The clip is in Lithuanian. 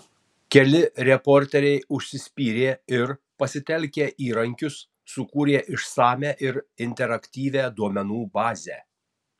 keli reporteriai užsispyrė ir pasitelkę įrankius sukūrė išsamią ir interaktyvią duomenų bazę